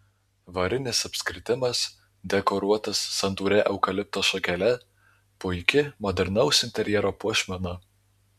varinis apskritimas dekoruotas santūria eukalipto šakele puiki modernaus interjero puošmena